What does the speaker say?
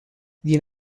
din